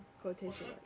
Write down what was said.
quotation